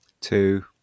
two